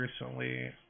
recently